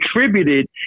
contributed